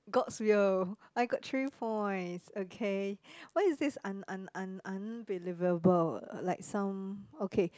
god's will I got three points okay why it says un~ un~ un~ unbelievable like some okay